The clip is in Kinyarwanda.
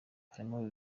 harimo